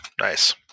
Nice